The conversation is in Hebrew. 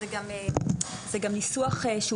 זה גם ניסוח שהוא